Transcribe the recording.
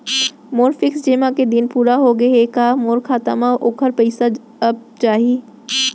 मोर fix जेमा के दिन पूरा होगे हे का मोर खाता म वोखर पइसा आप जाही?